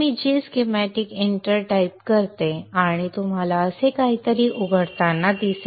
तर मी g schem enter type करतो आणि तुम्हाला असे काहीतरी उघडताना दिसेल